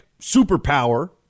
superpower